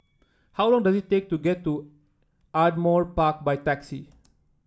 how long does it take to get to Ardmore Park by taxi